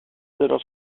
tenant